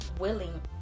willing